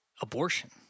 abortion